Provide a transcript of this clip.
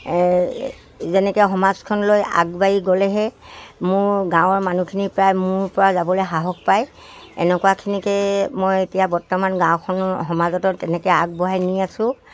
যেনেকে সমাজখনলৈৈ আগবাঢ়ি গ'লেহে মোৰ গাঁৱৰ মানুহখিনি প্ৰায় মোৰ পৰা যাবলে সাহস পায় এনেকুৱাখিনিকে মই এতিয়া বৰ্তমান গাঁওখনৰ সমাজত তেনেকে আগবঢ়াই নি আছোঁ